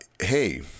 Hey